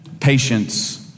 Patience